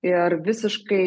ir visiškai